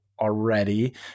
already